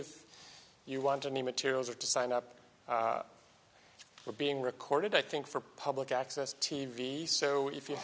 if you want any materials or to sign up we're being recorded i think for public access t v so if you